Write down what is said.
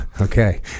okay